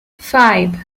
five